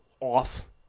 off